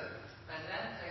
visepresident.